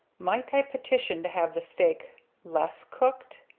might i petition to have the steak less cooked?